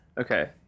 Okay